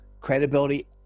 credibility